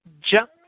jump